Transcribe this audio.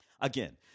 Again